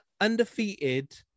undefeated